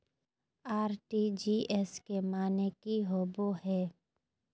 RTGS के माने की होबो है?